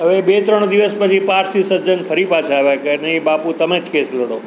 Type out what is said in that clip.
હવે બે ત્રણ દિવસ પછી પારસી સજ્જન ફરી પાછા આવ્યા કે નહીં બાપુ તમે જ કેસ લડો